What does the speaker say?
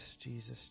Jesus